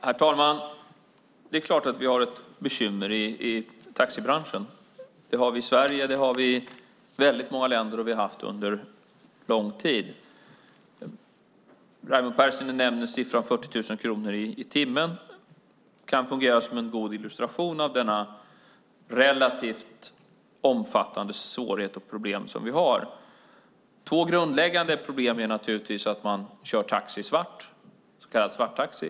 Herr talman! Det är klart att vi har ett bekymmer i taxibranschen. Det har vi i Sverige, och det har vi i många länder. Vi har haft det under lång tid. Raimo Pärssinen nämner siffran 40 000 kronor i timmen, och det kan fungera som en god illustration av de relativt omfattande svårigheter och problem vi har. Två grundläggande problem är naturligtvis att man kör taxi svart, så kallad svarttaxi.